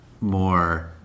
more